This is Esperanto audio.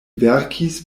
verkis